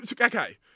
Okay